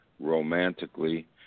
romantically